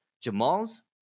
Jamal's